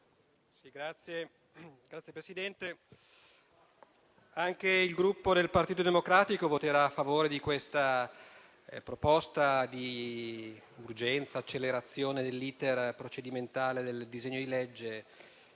Signora Presidente, anche il Gruppo Partito Democratico voterà a favore di questa proposta di urgenza e di accelerazione dell'*iter* procedurale del disegno di legge